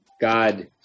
God